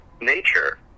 nature